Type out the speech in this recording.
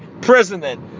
president